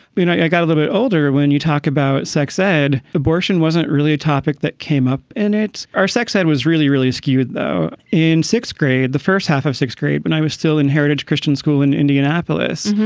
you know, i got a little bit older. when you talk about sex ed, abortion wasn't really a topic that came up in. and it's our sex ed was really really skewed, though, in sixth grade, the first half of sixth grade. and but i was still in heritage christian school in indianapolis.